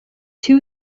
two